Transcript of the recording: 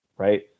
right